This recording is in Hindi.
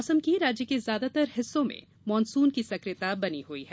मौसम राज्य के ज्यादातर हिस्सो में मानसून की सकियता बनी हुई है